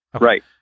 Right